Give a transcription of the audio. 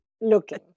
looking